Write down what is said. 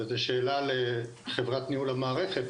וזו שאלה לחברת ניהול המערכת,